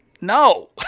No